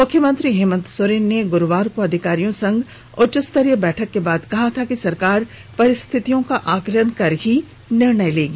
मुख्यमंत्री हेमंत सोरेन ने गुरुवार को अधिकारियों संग उच्चस्तरीय बैठक के बाद कहा था कि सरकार परिस्थितियों का आकलन कर निर्णय करेगी